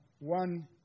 one